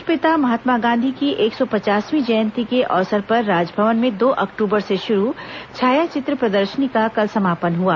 राष्ट्रपिता महात्मा गांधी की एक सौ पचासवीं जयंती के अवसर पर राजभवन में दो अक्टूबर से शुरू छायाचित्र प्रदर्शनी का कल समापन हुआ